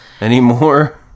anymore